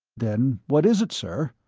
then what is it, sir?